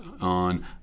on